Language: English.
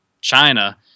China